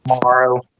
tomorrow